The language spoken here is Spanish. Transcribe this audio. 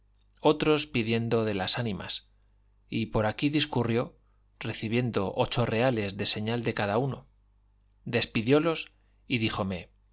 otros pidieron de las ánimas y por aquí discurrió recibiendo ocho reales de señal de cada uno despidiólos y díjome